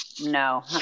No